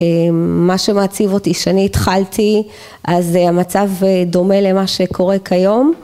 מה שמעציב אותי, שאני התחלתי אז המצב דומה למה שקורה כיום